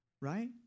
right